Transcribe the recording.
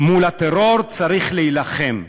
מול הטרור צריך להילחם,